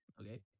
Okay